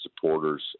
supporters